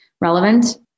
relevant